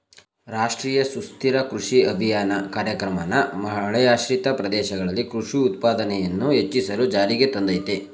ರಾಷ್ಟ್ರೀಯ ಸುಸ್ಥಿರ ಕೃಷಿ ಅಭಿಯಾನ ಕಾರ್ಯಕ್ರಮನ ಮಳೆಯಾಶ್ರಿತ ಪ್ರದೇಶದಲ್ಲಿ ಕೃಷಿ ಉತ್ಪಾದನೆಯನ್ನು ಹೆಚ್ಚಿಸಲು ಜಾರಿಗೆ ತಂದಯ್ತೆ